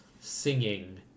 singing